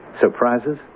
Surprises